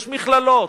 יש מכללות,